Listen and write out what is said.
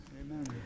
Amen